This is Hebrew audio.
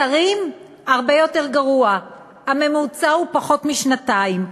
שרים, הרבה יותר גרוע, הממוצע הוא פחות משנתיים.